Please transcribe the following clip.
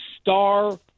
star